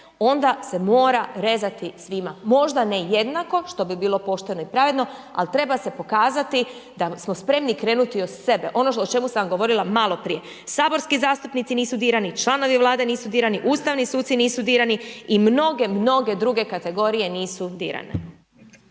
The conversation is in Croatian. onda se mora rezati svima, možda ne jednako, što bi bilo pošteno i pravedno ali treba se pokazati da smo spremni krenuti od sebe. Ono o čemu sam govorila maloprije. Saborski zastupnici nisu dirani, članovi Vlade nisu dirani, ustavni suci nisu dirani i mnoge, mnoge druge kategorije nisu dirane.